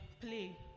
play